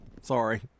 sorry